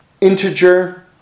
integer